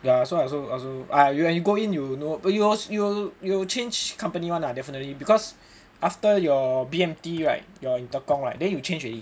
ya I also I also I also when you go in you will know but you you'll you'll change company [one] lah definitely because after your B_M_T right you're in Tekong right then you change already